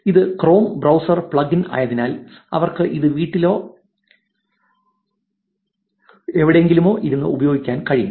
ഇത് chrome browser plug in ആയതിനാൽ അവർക്ക് ഇത് വീട്ടിലോ എവിടെയെങ്കിലുമോ ഇരുന്നു ഉപയോഗിക്കാൻ കഴിയും